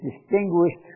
distinguished